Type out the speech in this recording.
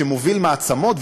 שמוביל מעצמות,